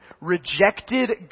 rejected